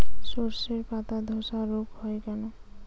শর্ষের পাতাধসা রোগ হয় কেন?